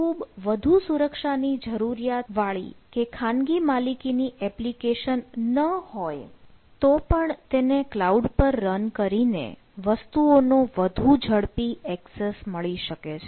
ખૂબ વધુ સુરક્ષાની જરૂરિયાત વાળી કે ખાનગી માલિકીની એપ્લિકેશન ન હોય તો પણ તેને ક્લાઉડ પર રન કરીને વસ્તુઓનો વધુ ઝડપી ઍક્સેસ મળી શકે છે